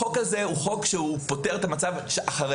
החוק הזה הוא חוק שהוא פותר את המצב שאחרי.